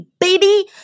baby